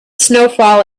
snowfall